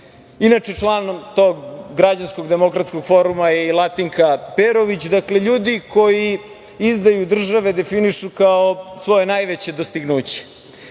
inače, član tog Građanskog demokratskog foruma je i Latinka Perović, dakle, ljudi koji izdaju države definišu kao svoje najveće dostignuće. Dobro